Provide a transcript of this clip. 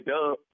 Dub